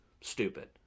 stupid